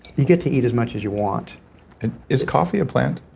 you get to eat as much as you want is coffee a plant?